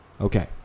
Okay